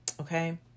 okay